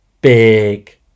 big